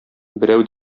берәү